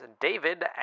David